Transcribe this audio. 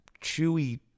chewy